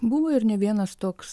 buvo ir ne vienas toks